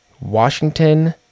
Washington